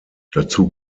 dazu